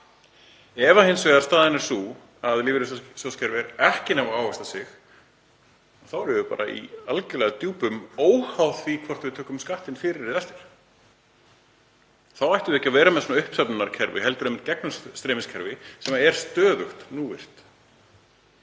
Ef hins vegar staðan er sú að lífeyrissjóðakerfið nær ekki að ávaxta sig þá erum við bara algerlega í djúpum, óháð því hvort við tökum skattinn fyrir eða eftir. Þá ættum við ekki að vera með svona uppsöfnunarkerfi heldur einmitt gegnumstreymiskerfi sem er stöðugt núvirt.